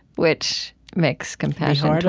which makes compassion,